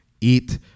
Eat